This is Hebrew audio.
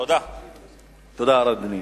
תודה, אדוני.